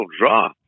draw